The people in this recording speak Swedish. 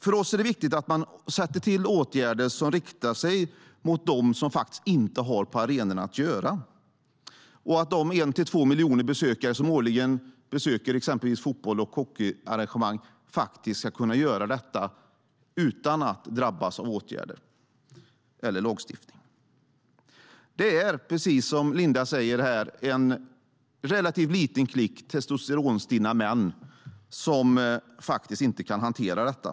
För oss är det viktigt att man vidtar åtgärder som riktar sig mot dem som faktiskt inte har på arenorna att göra och att de en till två miljoner besökare som går på fotbolls och hockeyarrangemang faktiskt ska kunna göra det utan att drabbas av åtgärder eller lagstiftning. Precis som Linda Snecker sa är det en relativt liten klick testosteronstinna män som faktiskt inte kan hantera detta.